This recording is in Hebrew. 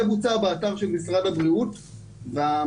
זה בוצע באתר של משרד הבריאות והמיקוד,